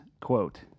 quote